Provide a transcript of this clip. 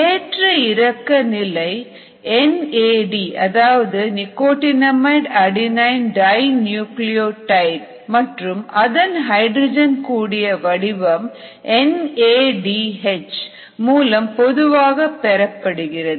ஏற்ற இறக்க நிலை என் ஏ டி அதாவது நிக்கோட்டினமைடு அடிநயன் டை நியூக்ளியோடைடு மற்றும் அதன் ஹைட்ரஜன் கூடிய வடிவம் என் ஏ டி எச் மூலம் பொதுவாக பெறப்படுகிறது